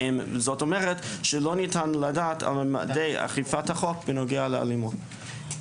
זאת אומרת שלא ניתן לדעת על ממדי אכיפת החוק בנוגע לאלימות.